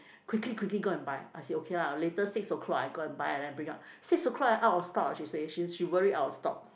quickly quickly go and buy I said okay lah later six o'clock I go and buy and then bring up six o-clock then out of stock she say worried out of stock